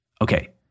Okay